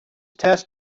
test